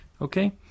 Okay